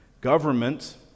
government